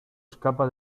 escapa